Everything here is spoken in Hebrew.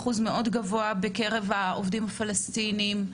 אחוז מאוד גבוה בקרב העובדים הפלסטינים.